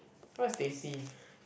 what's teh C